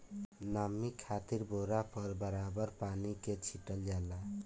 नमी खातिर बोरा पर बराबर पानी के छीटल जाला